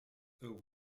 are